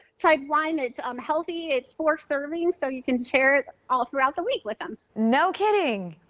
high wind it's unhealthy it's for serving, so you can share all throughout the week with them, no kidding.